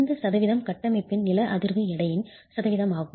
இந்த சதவீதம் கட்டமைப்பின் நில அதிர்வு எடையின் சதவீதமாகும்